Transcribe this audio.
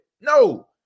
No